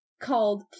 called